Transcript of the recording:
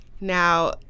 Now